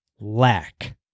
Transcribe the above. lack